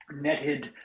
netted